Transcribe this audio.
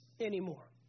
anymore